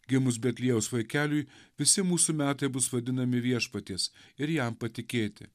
gimus betliejaus vaikeliui visi mūsų metai bus vadinami viešpaties ir jam patikėti